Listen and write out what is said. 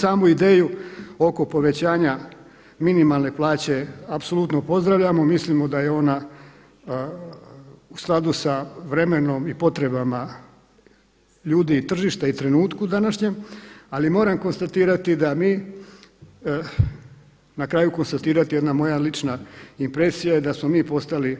Samu ideju oko povećanja minimalne plaće apsolutno pozdravljamo, mislimo da je ona u skladu sa vremenom i potrebama ljudi i tržišta i trenutku današnjem ali moram konstatirati da mi, na kraju konstatirati jedna moja lična impresija je da smo mi postali